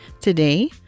Today